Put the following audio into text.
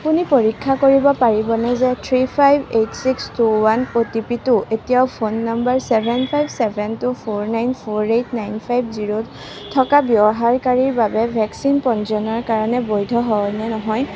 আপুনি পৰীক্ষা কৰিব পাৰিবনে যে three five eight six two one অ'টিপিটো এতিয়াও phone number seven five seven two four nine four eight nine five zero থকা ব্যৱহাৰকাৰীৰ বাবে ভেকচিন পঞ্জীয়নৰ কাৰণে বৈধ হয় নে নহয়